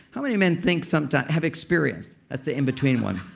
how many men think sometimes, have experienced. that's the in between one.